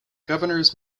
governors